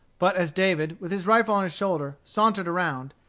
but as david, with his rifle on his shoulder, sauntered around,